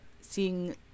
seeing